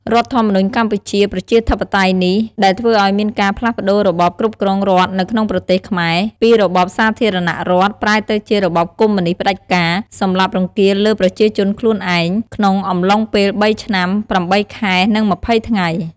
រដ្ឋធម្មនុញ្ញ កម្ពុជាប្រជាធិបតេយ្យនេះ ដែលធ្វើឲ្យមានការផ្លាសស់ប្តូររបបគ្រប់គ្រងរដ្ឋនៅក្នុងប្រទេសខ្មែរ ពីរបបសារធារណរដ្ឋ ប្រែទៅជារបសកុម្មុយនីស្តផ្តាច់ការ សម្លាប់រង្គាលលើប្រជាជនខ្លួនឯង ក្នុងអំឡុងពេលបីឆ្នាំ ៨ខែ និង ២០ថ្ងៃ។